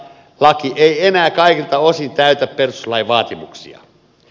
laki ei enää kaikilta osin täytä perustuslain vaatimuksia